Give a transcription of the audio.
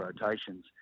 rotations